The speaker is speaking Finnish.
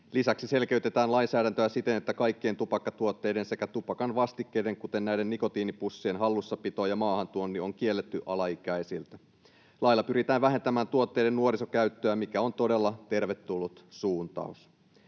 Lisäksi selkeytetään lainsäädäntöä siten, että kaikkien tupakkatuotteiden sekä tupakan vastikkeiden, kuten näiden nikotiinipussien, hallussapito ja maahantuonti on kielletty alaikäisiltä. Lailla pyritään vähentämään tuotteiden nuorisokäyttöä, mikä on todella tervetullut suuntaus.